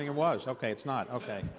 yeah was. ok. it's not, ok.